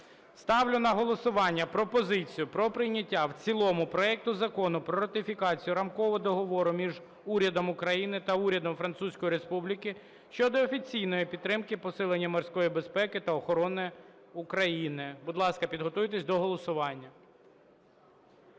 Ставлю на голосування пропозицію про прийняття в цілому проекту Закону про ратифікацію Рамкового договору між Урядом України та Урядом Французької Республіки щодо офіційної підтримки посилення морської безпеки та охорони України. Будь ласка, підготуйтесь до голосування.